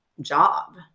job